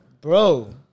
Bro